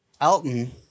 Elton